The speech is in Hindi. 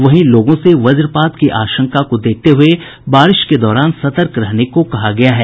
वहीं लोगों से वज्रपात की आशंका को देखते हुये बारिश के दौरान सतर्क रहने को कहा गया है